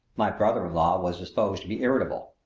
my brother-in-law was disposed to be irritable.